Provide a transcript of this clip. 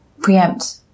preempt